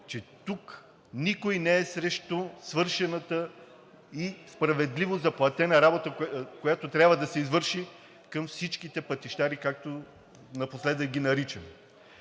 че тук никой не е срещу свършената и справедливо заплатена работа, която трябва да се извърши към всичките пътищари, както напоследък ги наричаме.